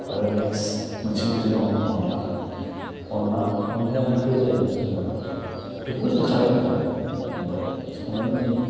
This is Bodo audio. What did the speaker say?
आरो नेकस्ट मोनसे ओंख्रि दं अनला अनला ओंख्रिया जाहैबाय जेनोबा बेखौ जों खारै होनांगौ ओमफ्राय संनायनि